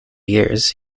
years